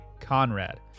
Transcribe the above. Conrad